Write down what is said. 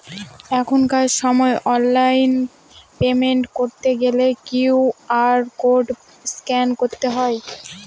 এখনকার সময় online payment করতে গেলে কিউ.আর কোড স্ক্যান করতে হয়